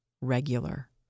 regular